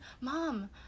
mom